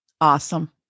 Awesome